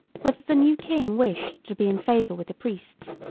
whether the new king wished to be in favour with the priests,